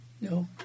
No